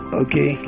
okay